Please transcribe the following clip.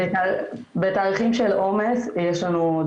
בתאריכים של עומס יש לנו,